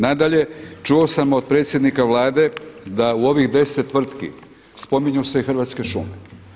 Nadalje, čuo sam od predsjednika Vlade da u ovih deset tvrtki spominju se Hrvatske šume.